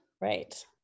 Right